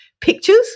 pictures